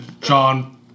John